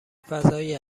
فضای